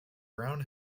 brown